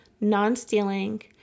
non-stealing